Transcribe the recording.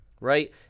right